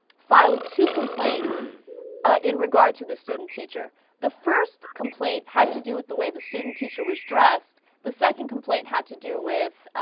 file to complaints ah. in regard to the student teacher the first complaint had to do with the way the student teacher was dressed the second complaint had to do with ah.